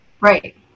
Right